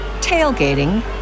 tailgating